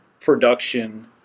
production